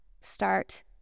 start